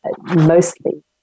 mostly